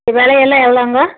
விலையெல்லாம் எவ்வளோங்க